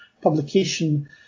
publication